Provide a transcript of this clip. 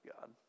God